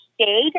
stayed